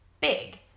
big